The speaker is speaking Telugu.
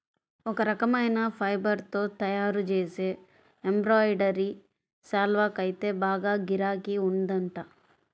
ఒక రకమైన ఫైబర్ తో తయ్యారుజేసే ఎంబ్రాయిడరీ శాల్వాకైతే బాగా గిరాకీ ఉందంట